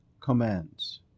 commands